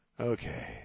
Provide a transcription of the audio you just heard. Okay